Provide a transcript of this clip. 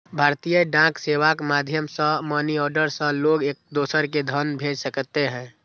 भारतीय डाक सेवाक माध्यम सं मनीऑर्डर सं लोग एक दोसरा कें धन भेज सकैत रहै